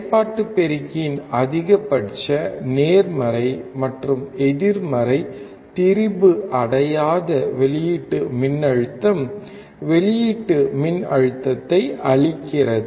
செயல்பாட்டு பெருக்கியின் அதிகபட்ச நேர்மறை மற்றும் எதிர்மறை திரிபு அடையாத வெளியீட்டு மின்னழுத்தம் வெளியீட்டு மின்னழுத்தத்தை அளிக்கிறது